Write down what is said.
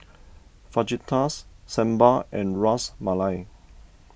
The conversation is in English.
Fajitas Sambar and Ras Malai